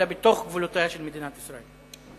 אלא בתוך גבולותיה של מדינת ישראל.